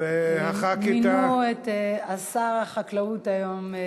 לא ללחוץ מהר על הכפתור של הדיון.